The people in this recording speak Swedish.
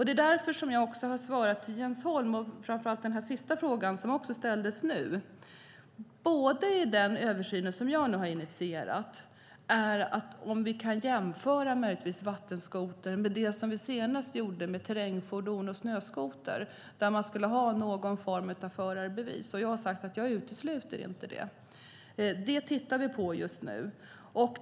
Det är därför jag har svarat Jens Holm - det gäller särskilt den sista frågan som också ställdes nyss - att i den översyn som jag nu har initierat ingår att undersöka om vi möjligtvis kan jämföra vattenskoter med terrängfordon och snöskoter, det som vi senast gjorde, och ha någon form av förarbevis. Jag har sagt att jag inte utesluter det. Det tittar vi på just nu.